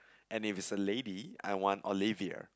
and if it's a lady I want Olivia